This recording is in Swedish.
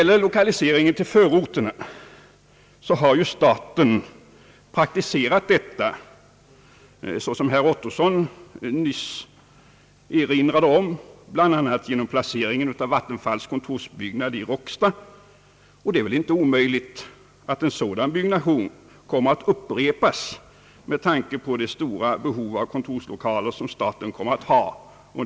Lokalisering till förorterna har ju staten — som herr Ottosson nyss erinrat om — praktiserat, bl.a. genom att placera Vattenfalls kontorsbyggnad i Råcksta. Det är väl inte omöjligt att en sådan byggnation — med tanke på statens stora behov av kontorslokaler de närmaste åren — kan komma att upprepas.